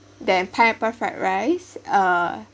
then pineapple fried rice uh